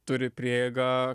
turi prieigą